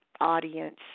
audience